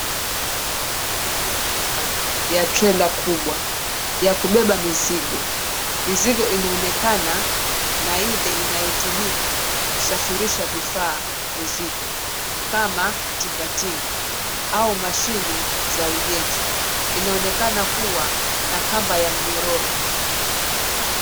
Milango ya nyuma ya trela kubwa ya kubeba mizigo. Mizigo inaonekana na ile inayotumika kusafirisha vifaa vizito kama, tingatinga au mashine za ujenzi, inaonekana kuwa na kamba za minyororo.